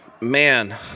Man